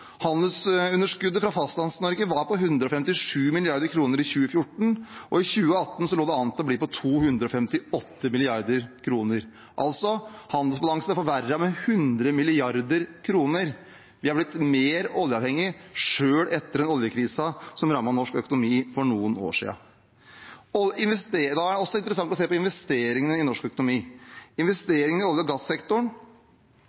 Handelsunderskuddet fra Fastlands-Norge var på 157 mrd. kr i 2014, og i 2018 lå det an til å bli på 258 mrd. kr. Altså: Handelsbalansen er forverret med 100 mrd. kr. Vi har blitt mer oljeavhengige selv etter oljekrisen som rammet norsk økonomi for noen år siden. Det er også interessant å se på investeringene i norsk økonomi.